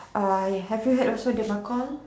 uh have you heard also the